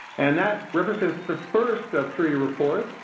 and that represents the first of three reports.